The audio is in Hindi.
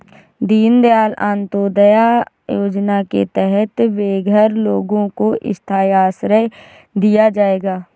दीन दयाल अंत्योदया योजना के तहत बेघर लोगों को स्थाई आश्रय दिया जाएगा